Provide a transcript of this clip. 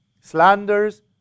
slanders